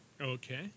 Okay